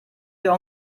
wir